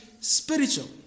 spiritual